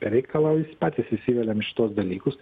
be reikalo jūs patys įsiveliam į šituos dalykus